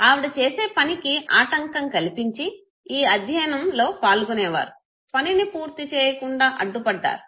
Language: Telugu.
ఆవిడ చేసే పనికి ఆటంకం కల్పించి ఈ అధ్యనంలో పాల్గొనేవారు పనిని పూర్తి చేయకుండా అడ్డు పడ్డారు